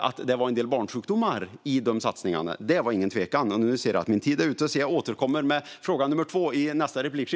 Att det fanns en del barnsjukdomar i de satsningarna är det ingen tvekan om. Nu ser jag att min tid är ute, så jag återkommer till fråga nummer två i nästa replik.